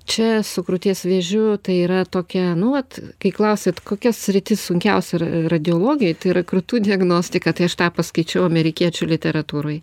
čia su krūties vėžiu tai yra tokia nu vat kai klausėt kokias sritis sunkiausia yra radiologijoj tai yra krūtų diagnostika tai aš tą paskaičiau amerikiečių literatūroj